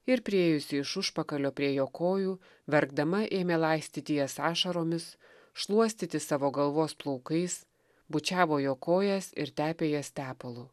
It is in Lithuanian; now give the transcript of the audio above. ir priėjusi iš užpakalio prie jo kojų verkdama ėmė laistyti jas ašaromis šluostyti savo galvos plaukais bučiavo jo kojas ir tepė jas tepalu